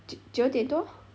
九点多